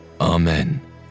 Amen